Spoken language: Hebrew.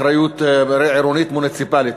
אחריות עירונית-מוניציפלית.